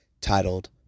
titled